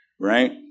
Right